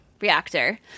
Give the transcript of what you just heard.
reactor